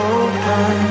open